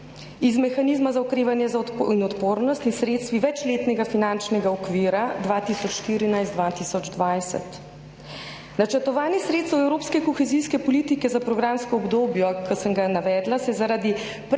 iz mehanizma za okrevanje in odpornost in sredstvi večletnega finančnega okvira 2014-2020. Načrtovanje sredstev evropske kohezijske politike za programsko obdobje, ki sem ga navedla, se zaradi prepočasnega